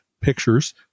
pictures